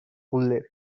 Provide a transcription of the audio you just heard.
fuller